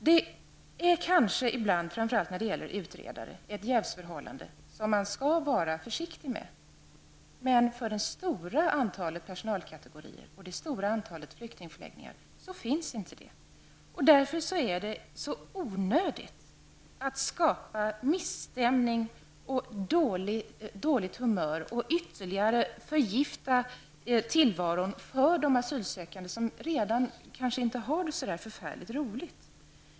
Det finns kanske ibland, framför allt när det gäller utredare, ett jävsförhållande som man skall vara försiktig med. Men för det stora antalet personalkategorier och det stora antalet flyktingförläggningar finns inte det problemet. Därför är det så onödigt att skapa misstämning, dåligt humör och att ytterligare förgifta tillvaron för de asylsökande, som redan innan kanske inte har det så förfärligt roligt.